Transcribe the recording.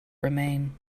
remain